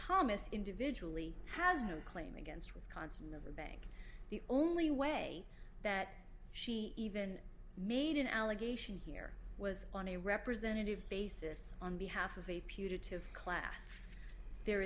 thomas individually has no claim against wisconsin of a bank the only way that she even made an allegation here was on a representative basis on behalf of a putative class there